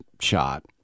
shot